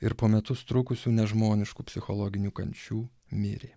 ir po metus trukusių nežmoniškų psichologinių kančių mirė